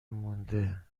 مونده